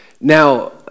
Now